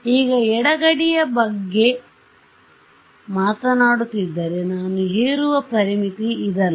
ಈಗಎಡ ಗಡಿಯ ಬಗ್ಗೆ ಮಾತನಾಡುತ್ತಿದ್ದರೆ ನಾನು ಹೇರುವ ಪರಿಮಿತಿ ಇದಲ್ಲ